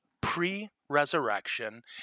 pre-resurrection